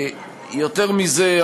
יותר מזה.